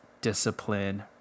discipline